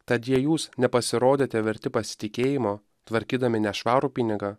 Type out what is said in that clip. tad jei jūs nepasirodėte verti pasitikėjimo tvarkydami nešvarų pinigą